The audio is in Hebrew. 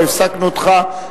לא הפסקנו אותך,